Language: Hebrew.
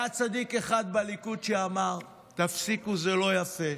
היה צדיק אחד בליכוד שאמר: תפסיקו, זה לא יפה,